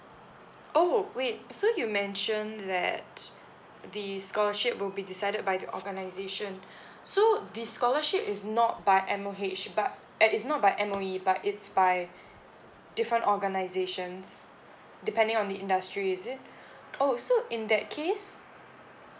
oh wait so you mentioned that the scholarship will be decided by the organisation so this scholarship is not by M_O_H but and it's not by M_O_E but it's by different organisations depending on the industry is it oh so in that case